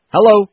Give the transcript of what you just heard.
Hello